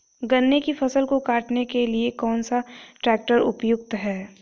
गन्ने की फसल को काटने के लिए कौन सा ट्रैक्टर उपयुक्त है?